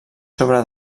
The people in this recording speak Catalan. sobre